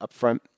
upfront